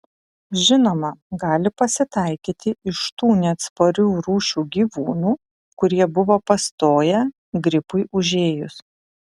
žinoma gali pasitaikyti iš tų neatsparių rūšių gyvūnų kurie buvo pastoję gripui užėjus